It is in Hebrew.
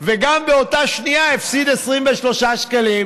וגם באותה שנייה הפסיד 23 שקלים.